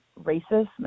racist